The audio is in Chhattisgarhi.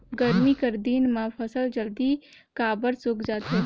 गरमी कर दिन म फसल जल्दी काबर सूख जाथे?